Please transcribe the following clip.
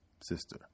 sister